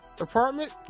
apartment